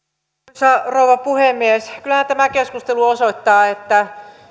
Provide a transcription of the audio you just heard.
arvoisa rouva puhemies kyllähän tämä keskustelu osoittaa että